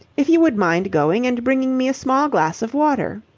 if you would mind going and bringing me a small glass of water?